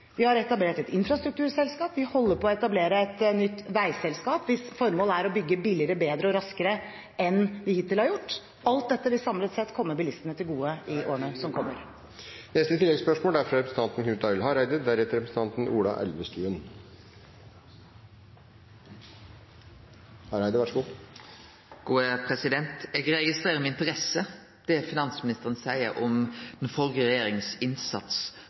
Vi har etablert et infrastrukturselskap, og vi holder på å etablere et nytt veiselskap, hvis formål er å bygge billigere, bedre og raskere enn vi hittil har gjort. Alt dette vil, samlet sett, komme bilistene til gode. Knut Arild Hareide – til oppfølgingsspørsmål. Eg registrerer med interesse det finansministeren seier om den førre regjeringa sin innsats på dette viktige området, fordi det er veldig dramatisk med